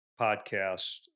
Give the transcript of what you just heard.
podcast